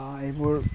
বা এইবোৰ